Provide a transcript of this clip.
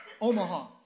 Omaha